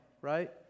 right